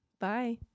Bye